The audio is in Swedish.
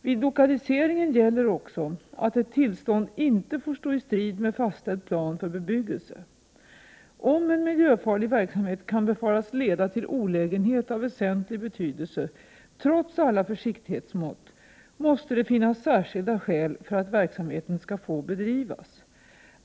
Vid lokaliseringen gäller också att ett tillstånd inte får stå i strid mot fastställd plan för bebyggelse. Om en miljöfarlig verksamhet kan befaras leda till olägenhet av väsentlig betydelse trots alla försiktighetsmått, måste det finnas särskilda skäl för att verksamheten skall få bedrivas.